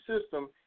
system